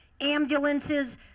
ambulances